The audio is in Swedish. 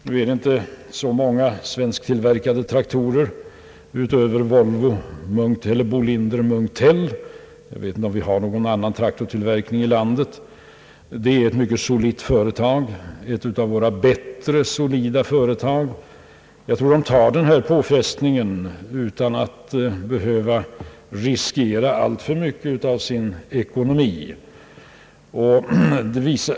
Nu finns det inte så många svensktillverkade traktorer utöver Bolinder-Munktells. Jag vet inte om det över huvud taget finns någon annan svensk traktortillverkning. Bolinder-Munktell är ett mycket solitt företag, ett av våra bättre. Jag tror att de tar denna påfrestning utan att behöva riskera alltför mycket av sin ekonomi.